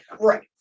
Right